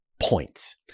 points